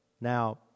Now